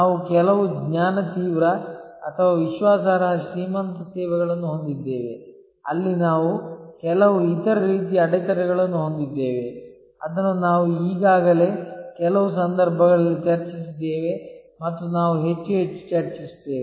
ನಾವು ಕೆಲವು ಜ್ಞಾನ ತೀವ್ರ ಅಥವಾ ವಿಶ್ವಾಸಾರ್ಹ ಶ್ರೀಮಂತ ಸೇವೆಗಳನ್ನು ಹೊಂದಿದ್ದೇವೆ ಅಲ್ಲಿ ನಾವು ಕೆಲವು ಇತರ ರೀತಿಯ ಅಡೆತಡೆಗಳನ್ನು ಹೊಂದಿದ್ದೇವೆ ಅದನ್ನು ನಾವು ಈಗಾಗಲೇ ಕೆಲವು ಸಂದರ್ಭಗಳಲ್ಲಿ ಚರ್ಚಿಸಿದ್ದೇವೆ ಮತ್ತು ನಾವು ಹೆಚ್ಚು ಹೆಚ್ಚು ಚರ್ಚಿಸುತ್ತೇವೆ